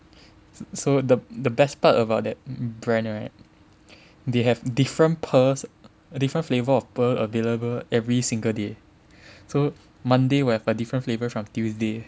so the the best part about that brand right they have different pearls different flavours of pearls available every single day so Monday will have a different flavour from Tuesday